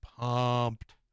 pumped